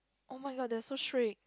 oh-my-god they're so strict